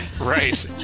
Right